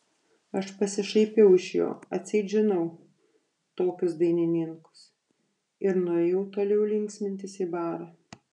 aš pasišaipiau iš jo atseit žinau tokius dainininkus ir nuėjau toliau linksmintis į barą